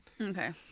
Okay